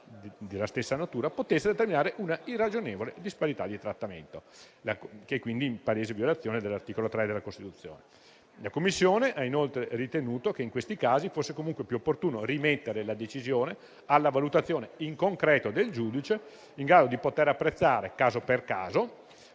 della stessa natura, potesse determinare una irragionevole disparità di trattamento, in palese violazione dell'articolo 3 della Costituzione. La Commissione ha inoltre ritenuto che, in questi casi, fosse comunque più opportuno rimettere la decisione alla valutazione in concreto del giudice, in grado di poter apprezzare, caso per caso,